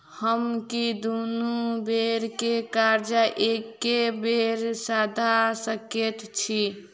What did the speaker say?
की हम दुनू बेर केँ कर्जा एके बेर सधा सकैत छी?